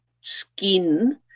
skin